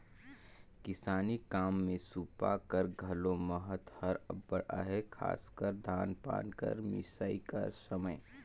किसानी काम मे सूपा कर घलो महत हर अब्बड़ अहे, खासकर धान पान कर मिसई कर समे